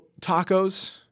tacos